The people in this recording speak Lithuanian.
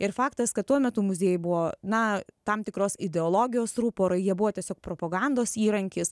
ir faktas kad tuo metu muziejai buvo na tam tikros ideologijos ruporai jie buvo tiesiog propagandos įrankis